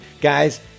Guys